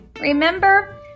remember